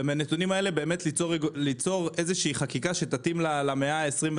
ומהנתונים ליצור חקיקה שתתאים למאה ה-21,